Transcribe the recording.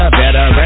better